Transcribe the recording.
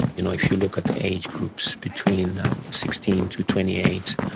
you know if you look at the age groups, between sixteen to twenty eight,